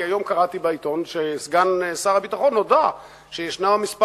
כי היום קראתי בעיתון שסגן שר הביטחון הודה שיש מספר